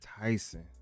Tyson